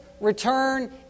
return